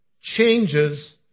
changes